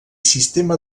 sistema